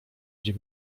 gdzie